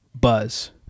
buzz